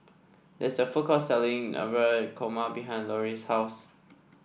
there is a food court selling Navratan Korma behind Lori's house